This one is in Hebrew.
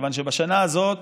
כיוון שבשנה הזאת